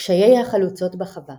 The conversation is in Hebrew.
קשיי החלוצות בחווה